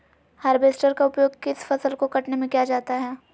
Harvester का उपयोग किस फसल को कटने में किया जाता है?